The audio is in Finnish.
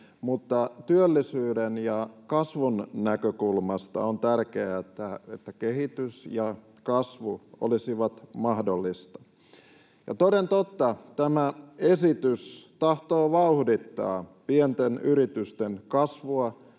mutta työllisyyden ja kasvun näkökulmasta on tärkeää, että kehitys ja kasvu olisivat mahdollista. Ja toden totta tämä esitys tahtoo vauhdittaa pienten yritysten kasvua